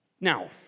Now